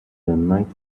night